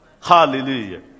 Hallelujah